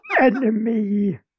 Enemy